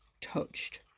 touched